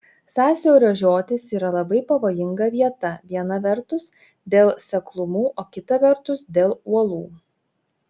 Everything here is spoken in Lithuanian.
sąsiaurio žiotys yra labai pavojinga vieta viena vertus dėl seklumų o kita vertus dėl uolų